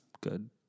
Good